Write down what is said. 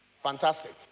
Fantastic